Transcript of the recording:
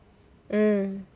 mm